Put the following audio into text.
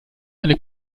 eine